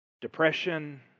Depression